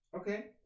Okay